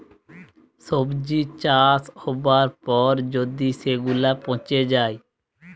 সবজি চাষ হবার পর যদি সেগুলা পচে যায়